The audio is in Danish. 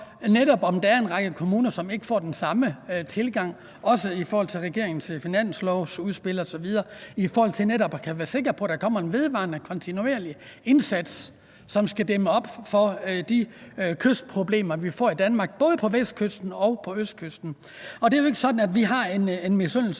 over, om der er en række kommuner, hvor der ikke er den samme tilgang, også med hensyn til regeringens finanslovsudspil osv., netop i forhold til at kunne være sikre på, at der kommer en vedvarende, kontinuerlig indsats, som skal dæmme op for de kystproblemer, vi får i Danmark, både på Vestkysten og på østkysten. Det er ikke sådan, at vi har en misundelsespolitik